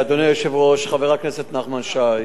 אדוני היושב-ראש, חבר הכנסת נחמן שי,